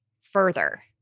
further